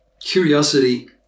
curiosity